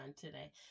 today